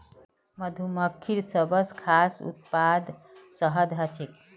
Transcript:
मधुमक्खिर सबस खास उत्पाद शहद ह छेक